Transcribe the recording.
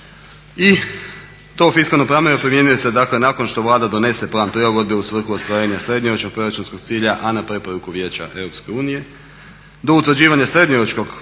I to fiskalno pravilo primjenjuje se dakle nakon što Vlada donese plan prilagodbe u svrhu ostvarenja srednjoročnog proračunskog cilja a na preporuku Vijeća Europske unije. Do utvrđivanja srednjoročnog proračunskog